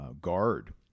guard